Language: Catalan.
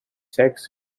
secs